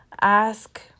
ask